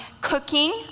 Cooking